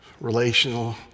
relational